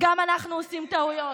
גם אנחנו עושים טעויות.